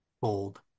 Bold